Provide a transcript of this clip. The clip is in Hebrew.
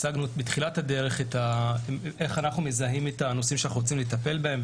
הצגנו בתחילת הדרך את הנושאים שאנחנו מזהים שאנו רוצים לטפל בהם,